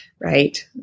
Right